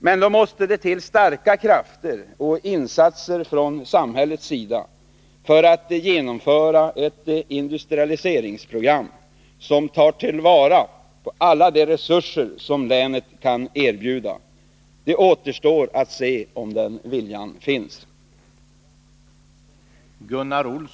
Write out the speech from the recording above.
Men då måste det till starka krafter och insatser från samhällets sida för att genomföra ett industrialiseringsprogram som tar till vara alla de resurser som länet kan erbjuda. Det återstår att se om den viljan finns.